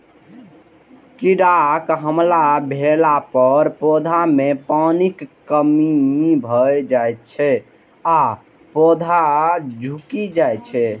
कीड़ाक हमला भेला पर पौधा मे पानिक कमी भए जाइ छै आ पौधा झुकि जाइ छै